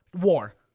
War